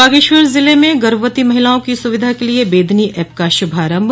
बागेश्वर जिले में गर्भवती महिलाओं की सुविधाओं के लिए बेदनी एप का शुभारंभ